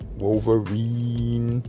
wolverine